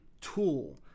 tool